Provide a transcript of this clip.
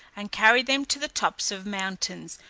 and carry them to the tops of mountains,